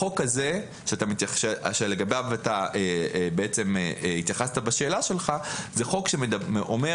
החוק הזה שלגביו אתה התייחסת בשאלה שלך הוא חוק שאומר